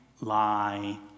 lie